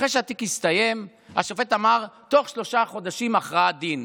אחרי שהתיק הסתיים השופט אמר שתוך שלושה חודשים הכרעת דין.